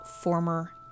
former